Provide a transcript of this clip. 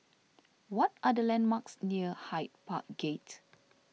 what are the landmarks near Hyde Park Gate